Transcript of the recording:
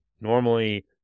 normally